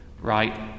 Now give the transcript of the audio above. right